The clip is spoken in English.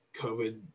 COVID